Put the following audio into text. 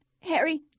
Harry